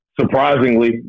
surprisingly